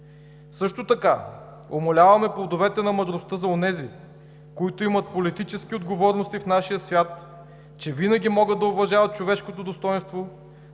Също така умоляваме плодовете на мъдростта за онези, които имат политически отговорности в нашия свят, че винаги могат да уважават човешкото достойнство,